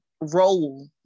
role